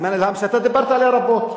אתה דיברת עליה רבות.